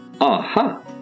Aha